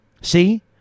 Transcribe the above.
See